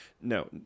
No